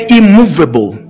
immovable